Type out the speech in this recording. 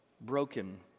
broken